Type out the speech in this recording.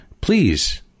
please